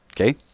Okay